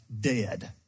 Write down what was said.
dead